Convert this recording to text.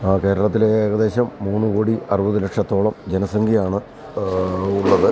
ആ കേരളത്തിലെ ഏകദേശം മൂന്ന് കോടി അറുപത് ലക്ഷത്തോളം ജനസംഖ്യയാണ് ഉള്ളത്